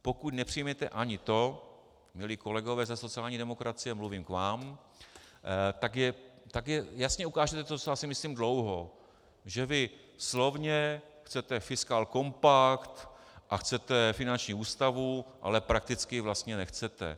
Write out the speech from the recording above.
Pokud nepřijmete ani to, milí kolegové ze sociální demokracie, a mluvím k vám, tak jasně ukážete to, co já si myslím dlouho, že vy slovně chcete fiskálkompakt a chcete finanční ústavu, ale prakticky ji vlastně nechcete.